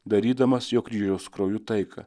darydamas jo kryžiaus krauju taiką